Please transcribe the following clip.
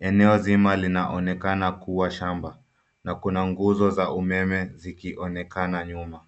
Eneo zima linaonekana kuwa shamba na kuna nguzo za umeme zikionekana nyuma.